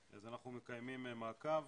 אז אנחנו מקיימים מעקב.